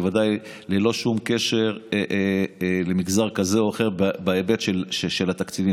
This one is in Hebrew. בוודאי ללא שום קשר למגזר כזה או אחר בהיבט של התקציבים,